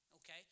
Okay